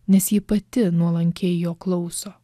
nes ji pati nuolankiai jo klauso